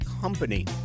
company